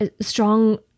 strong